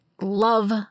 love